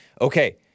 Okay